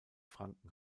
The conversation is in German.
franken